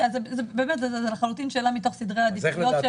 זו לחלוטין שאלה מתוך סדרי העדיפויות.